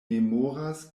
memoras